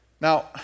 Now